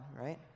right